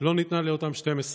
לא ניתנה לאותם 12 אנשים.